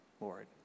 Lord